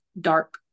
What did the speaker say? dark